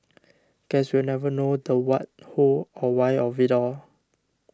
guess we'll never know the what who or why of it all